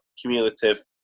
cumulative